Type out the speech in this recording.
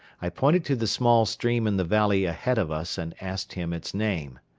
i pointed to the small stream in the valley ahead of us and asked him its name.